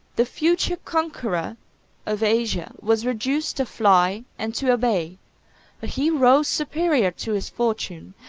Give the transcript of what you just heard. the future conqueror of asia was reduced to fly and to obey but he rose superior to his fortune,